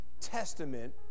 testament